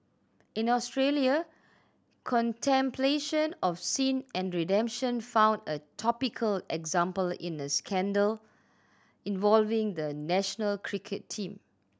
in Australia contemplation of sin and redemption found a topical example in a scandal involving the national cricket team